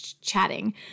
chatting